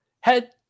head